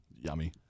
Yummy